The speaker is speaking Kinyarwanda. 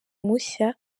mushya